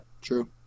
true